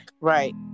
Right